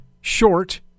short